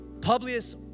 Publius